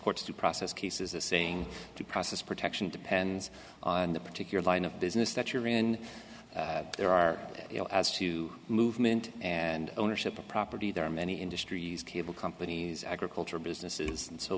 courts to process cases as saying the process protection depends on the particular line of business that you're in there are you know as to movement and ownership of property there are many industries cable companies agricultural business is and so